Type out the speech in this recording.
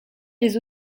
des